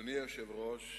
אדוני היושב-ראש,